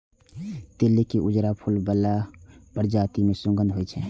लिली के उजरा फूल बला प्रजाति मे सुगंध होइ छै